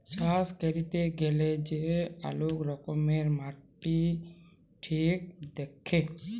চাষ ক্যইরতে গ্যালে যে অলেক রকম ভাবে মাটি ঠিক দ্যাখে